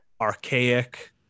archaic